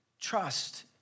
trust